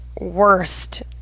worst